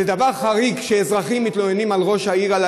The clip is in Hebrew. זה דבר חריג שאזרחים מתלוננים על ראש העירייה,